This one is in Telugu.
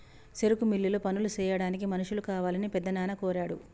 సెరుకు మిల్లులో పనులు సెయ్యాడానికి మనుషులు కావాలని పెద్దనాన్న కోరాడు